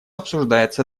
обсуждается